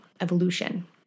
evolution